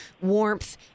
warmth